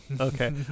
Okay